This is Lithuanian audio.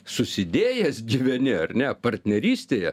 susidėjęs gyveni ar ne partnerystėje